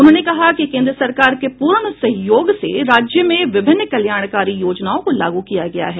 उन्होंने कहा कि केन्द्र सरकार के पूर्ण सहयोग से राज्य में विभिन्न कल्याणकारी योजनाओं को लागू किया गया है